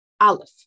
Aleph